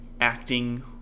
acting